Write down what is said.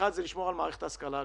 אחת זה לשמור על מערכת ההשכלה הגבוהה.